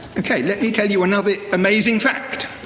okay, let me tell you another amazing fact.